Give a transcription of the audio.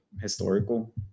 historical